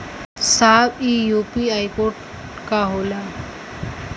साहब इ UPI code का होला?